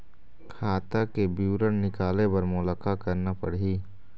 खाता के विवरण निकाले बर मोला का करना पड़ही?